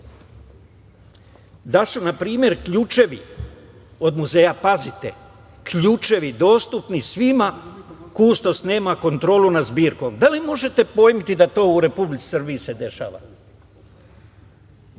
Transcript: da su, na primer, ključevi od muzeja, pazite, ključevi, dostupni svima. Kustos nema kontrolu nad zbirkom. Da li možete pojmiti da se to dešava u Republici Srbiji? Stvari